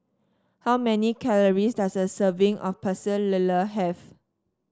how many calories does a serving of Pecel Lele have